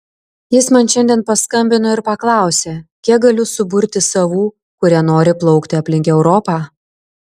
jis man šiandien paskambino ir paklausė kiek galiu suburti savų kurie nori plaukti aplink europą